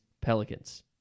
Pelicans